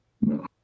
No